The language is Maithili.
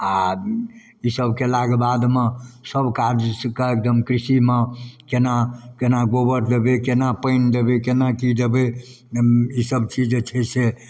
आओर ईसब कएलाके बादमे सबकाज एकदम कृषिमे कोना कोना गोबर देबै कोना पानि देबै कोना कि देबै ईसब चीज जे छै से